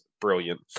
brilliant